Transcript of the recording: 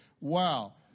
wow